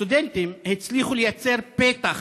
הסטודנטים הצליחו לייצר פתח